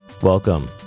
Welcome